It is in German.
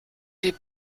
wie